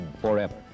forever